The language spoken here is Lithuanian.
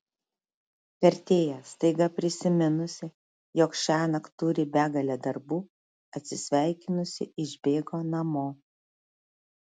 vertėja staiga prisiminusi jog šiąnakt turi begalę darbų atsisveikinusi išbėgo namo